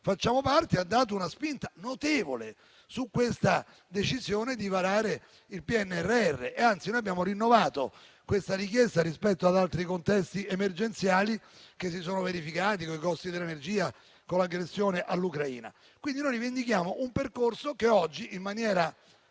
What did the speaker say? facciamo parte, che ha dato una spinta notevole alla decisione di varare il PNRR. Anzi, abbiamo rinnovato questa richiesta rispetto ad altri contesti emergenziali che si sono verificati, con i costi dell'energia e con l'aggressione all'Ucraina. Rivendichiamo quindi un percorso che oggi, in maniera